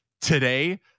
today